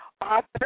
author